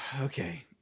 Okay